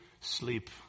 sleep